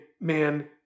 Man